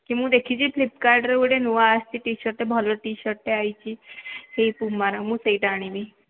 କି ମୁଁ ଦେଖିଛି ଫ୍ଲିପକାର୍ଟ୍ରେ ଗୋଟେ ନୂଆ ଆସିଛି ଟିସାର୍ଟ୍ଟେ ଭଲ ଟି୍ସାର୍ଟଟେ ଆସିଛି ଏଇ ପୁମାର ମୁଁ ସେଇଟା ଆଣିବି